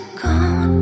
gone